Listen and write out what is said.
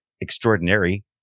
extraordinary